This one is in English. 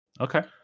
Okay